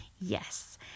Yes